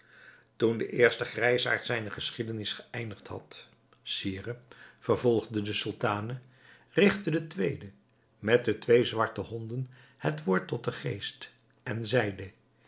toen de eerste grijsaard zijne geschiedenis geëindigd had sire vervolgde de sultane rigtte de tweede met de twee zwarte honden het woord tot den geest en zeide